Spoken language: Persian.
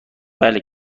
بله